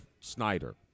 Snyder